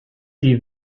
die